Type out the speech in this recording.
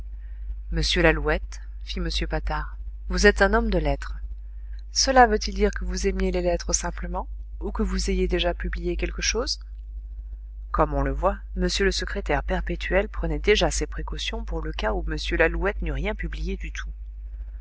monsieur lalouette fit m patard vous êtes un homme de lettres cela veut-il dire que vous aimiez les lettres simplement ou que vous ayez déjà publié quelque chose comme on le voit m le secrétaire perpétuel prenait déjà ses précautions pour le cas où m lalouette n'eût rien publié du tout